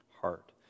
heart